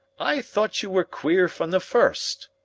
i thought you were queer from the first.